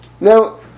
Now